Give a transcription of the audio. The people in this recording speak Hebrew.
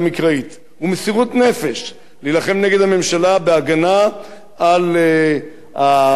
להילחם נגד הממשלה בהגנה על מה שקוראים הפזורה הבדואית,